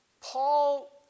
Paul